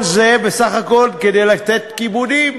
כל זה בסך הכול כדי לתת כיבודים,